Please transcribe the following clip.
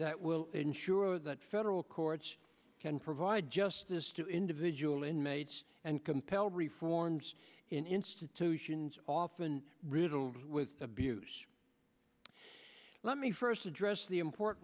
that will ensure that federal courts can provide justice to individual inmates and compel reforms in institutions often riddled with abuse let me first address the important